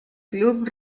club